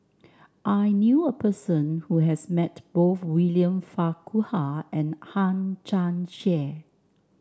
I knew a person who has met both William Farquhar and Hang Chang Chieh